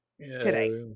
today